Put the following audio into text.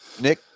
Nick